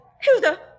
Hilda